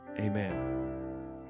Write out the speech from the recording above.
amen